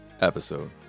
episode